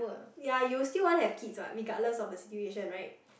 ya you'll still won't have kids what regardless of the situation right